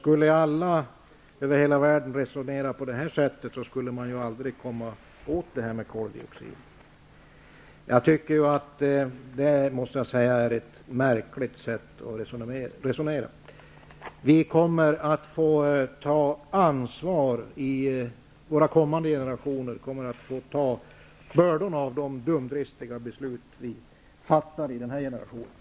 Skulle alla i hela världen resonera på detta sätt, skulle man aldrig komma åt koldioxidutsläppen. Det är ett märkligt sätt att resonera på. Vi kommer att få ta ansvar för detta. Kommande generationer kommer att få bära bördorna av de dumdristiga beslut som vår generation fattar.